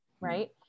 right